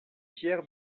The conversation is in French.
pierre